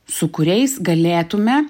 su kuriais galėtume